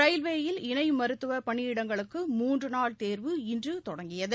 ரயில்வேயில் இணைமருத்துவபணியிடங்களுக்கு மூன்றுநாள் தேர்வு இன்றுதொடங்கியது